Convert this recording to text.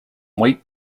white